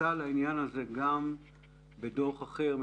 התייחסה לעניין הזה גם בדוח אחר,